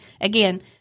again